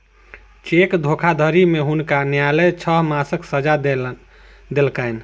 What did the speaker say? cheque धोखाधड़ी में हुनका न्यायलय छह मासक सजा देलकैन